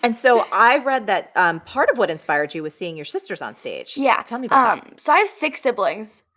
and so, i read that part of what inspired you was seeing your sisters on stage yeah um ah um so, i have six siblings,